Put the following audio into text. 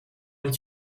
het